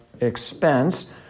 expense